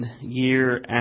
year